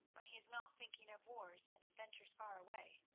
when he is not thinking of wars and adventures far away.